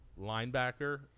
linebacker